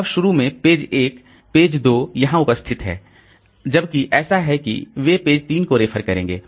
अब शुरू में पेज 1 पेज 2 है यहां उपस्थित है है जबकि ऐसा है कि वे पेज 3 को रेफर करेंगे